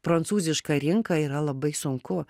prancūzišką rinką yra labai sunku